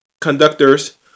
conductors